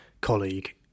colleague